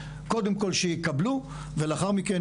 קודם כל שיקבלו ולאחר מכן,